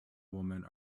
woman